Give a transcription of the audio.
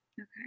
Okay